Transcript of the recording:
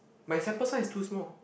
my sample size is too small